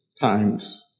times